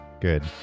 good